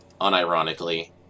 unironically